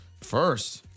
First